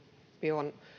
on